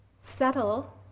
settle